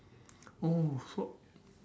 oh so